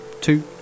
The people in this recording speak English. two